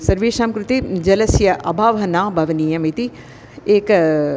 सर्वेषां कृते जलस्य अभावः न भवनीयः इति एका